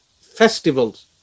festivals